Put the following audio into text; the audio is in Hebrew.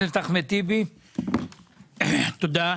תודה.